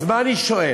אז מה אני שואל?